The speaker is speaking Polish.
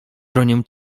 bronię